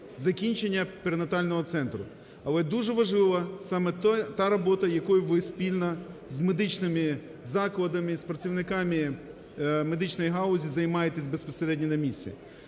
закінчення перинатального центру. Але дуже важлива саме та робота, якою ви спільно з медичними закладами, з працівниками медичної галузі займаєтесь безпосередньо на місці: